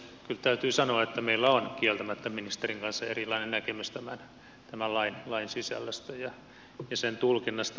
kyllä täytyy sanoa että meillä on kieltämättä ministerin kanssa erilainen näkemys tämän lain sisällöstä ja sen tulkinnasta